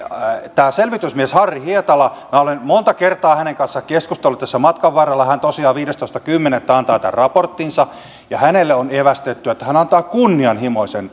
tämä selvitysmies harri hietala minä olen monta kertaa hänen kanssaan keskustellut tässä matkan varrella tosiaan viidestoista kymmenettä antaa tämän raporttinsa ja hänelle on evästetty että hän antaa kunnianhimoisen